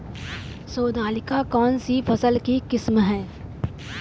सोनालिका कौनसी फसल की किस्म है?